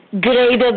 greater